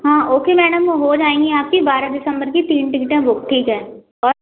हाँ okay madam हो वो जाएंगी आपकी बारह दिसंबर की तीन टिकटें बुक ठीक है और